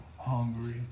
hungry